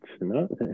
no